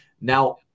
Now